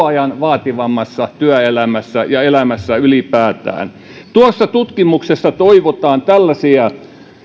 ajan vaativammassa työelämässä ja elämässä ylipäätään tuossa tutkimuksessa toivotaan tällaisia